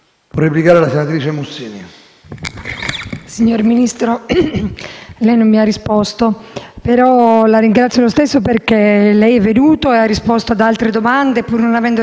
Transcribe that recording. Signor Ministro, lei non mi ha risposto, ma la ringrazio lo stesso perché è venuto e ha risposto ad altre domande, anche se non a questa, e ha sicuramente fatto molto di più